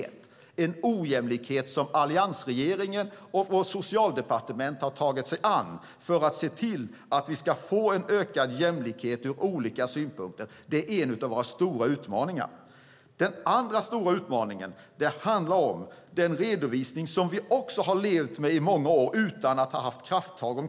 Det är en ojämlikhet som alliansregeringen och Socialdepartementet har tagit sig an för att se till att vi ska få en ökad jämlikhet ur olika synpunkter. Detta är en av våra stora utmaningar. Den andra stora utmaningen handlar om den redovisning som vi har levt med i många år utan att ta krafttag om.